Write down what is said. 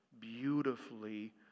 beautifully